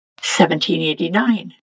1789